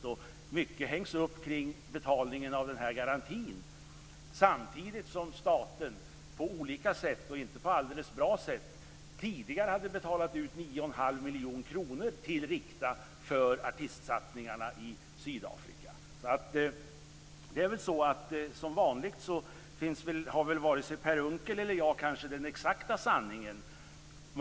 Och mycket hängs upp kring betalningen av denna garanti samtidigt som staten på olika sätt, och inte på alldeles bra sätt, tidigare hade betalat ut 9 1⁄2 miljon kronor till Som vanligt har väl varken Per Unckel eller jag kanske den exakta sanningen.